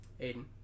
Aiden